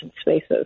spaces